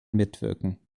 mitwirken